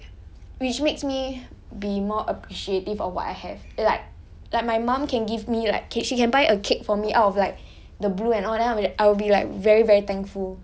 然后就是 like which makes me be more appreciative of what I have like like my mum can give me like cake she can buy a cake for me out of like